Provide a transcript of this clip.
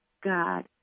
God